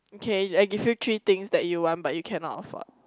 okay I give you three things that you want but you cannot afford